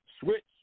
Switch